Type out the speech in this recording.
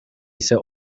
ise